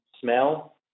smell